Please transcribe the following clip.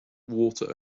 water